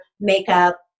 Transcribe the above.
makeup